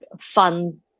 fun